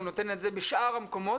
הוא נותן את זה בשאר המקומות.